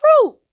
true